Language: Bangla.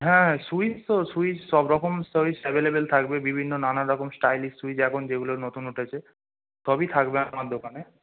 হ্যাঁ হ্যাঁ সুইচ তো সুইচ সব রকম সুইচ অ্যাভেলেবেল থাকবে বিভিন্ন নানা রকম স্টাইলিশ সুইচ এখন যেগুলো নতুন উঠেছে সবই থাকবে আমার দোকানে